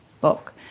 book